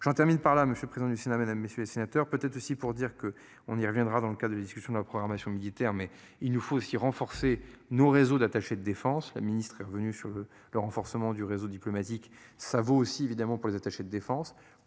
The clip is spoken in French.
j'en termine par là, monsieur le président du Sénat, Mesdames, messieurs les sénateurs. Peut-être aussi pour dire que on y reviendra dans le cas de la discussion de la programmation militaire mais il nous faut aussi renforcer nos réseaux d'attaché de défense. La ministre est revenue sur le le renforcement du réseau diplomatique, ça vaut aussi évidemment pour les attachés de défense